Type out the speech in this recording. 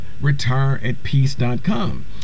retireatpeace.com